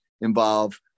involve